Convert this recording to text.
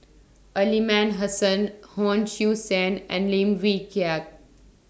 Aliman Hassan Hon Sui Sen and Lim Wee Kiak